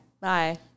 bye